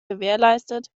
gewährleistet